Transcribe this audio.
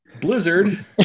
Blizzard